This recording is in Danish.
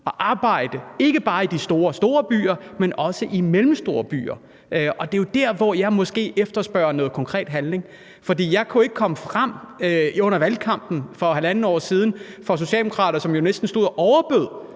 at arbejde, ikke bare i de rigtig store byer, men også i mellemstore byer. Det er jo der, hvor jeg måske efterspørger noget konkret handling, for jeg kunne ikke komme frem under valgkampen for halvandet år siden for socialdemokrater, som jo næsten stod og overbød,